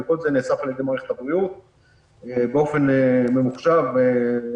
וכל זה נאסף על ידי מערכת הבריאות באופן ממוחשב לחלוטין.